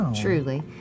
truly